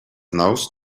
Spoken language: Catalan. nous